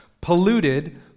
polluted